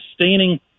sustaining